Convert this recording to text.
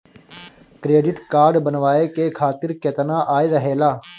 Credit card बनवाए के खातिर केतना आय रहेला?